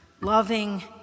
Loving